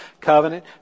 covenant